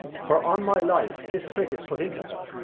for on my life this trick is put into her.